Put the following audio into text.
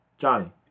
Johnny